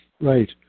Right